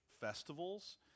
festivals